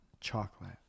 chocolate